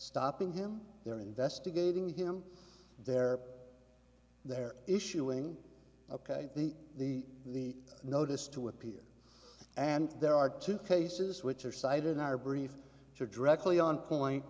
stopping him they're investigating him they're they're issuing ok the the the notice to appear and there are two cases which are cited in our brief to directly on point